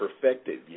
perfected